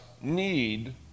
need